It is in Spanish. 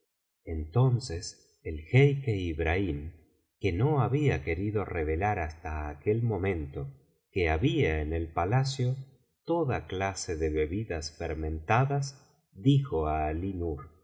entonces el jeique ibrahim que no había querido revelar hasta aquel momento que había en el palacio toda clase de bebidas fermentadas dijo á